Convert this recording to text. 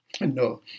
No